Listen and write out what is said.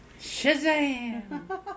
Shazam